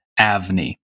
Avni